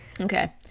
okay